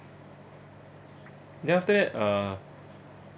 then after that ah